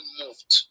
moved